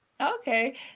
okay